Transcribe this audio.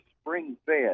spring-fed